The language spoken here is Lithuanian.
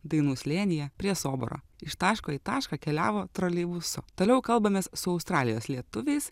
dainų slėnyje prie soboro iš taško į tašką keliavo troleibusu toliau kalbamės su australijos lietuviais